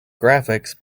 graphics